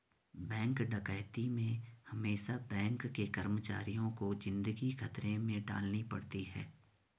bank डकैती में हमेसा बैंक के कर्मचारियों को जिंदगी खतरे में डालनी पड़ती है